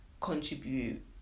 contribute